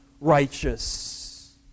righteous